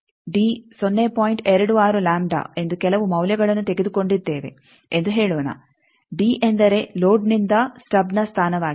26 ಎಂದು ಕೆಲವು ಮೌಲ್ಯಗಳನ್ನು ತೆಗೆದುಕೊಂಡಿದ್ದೇವೆ ಎಂದು ಹೇಳೋಣ ಡಿ ಎಂದರೆ ಲೋಡ್ನಿಂದ ಸ್ಟಬ್ನ ಸ್ಥಾನವಾಗಿದೆ